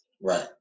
Right